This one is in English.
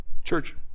church